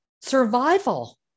survival